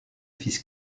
fils